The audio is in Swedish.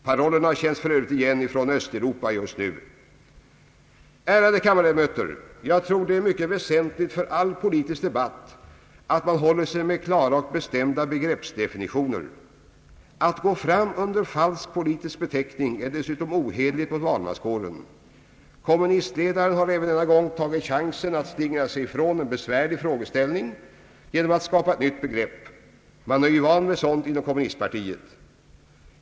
Parollerna känns för övrigt igen från Östeuropa just nu. Ärade kammarledamöter! Jag tror att det är mycket väsentligt för all politisk debatt att man håller sig med klara och bestämda begreppsdefinitioner. Att gå fram under en felaktig politisk beteckning är dessutom ohederligt mot valmanskåren. Kommunistledaren har även denna gång tagit chansen att slingra sig ifrån en besvärlig frågeställning genom att skapa ett nytt begrepp. Man är ju van vid sådant inom kommunistpartiet.